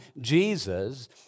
Jesus